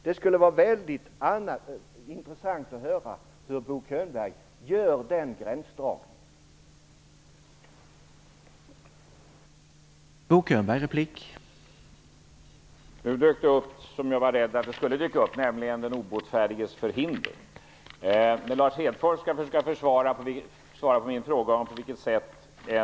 Det skulle vara väldigt intressant att höra hur Bo Könberg vill göra den gränsdragningen.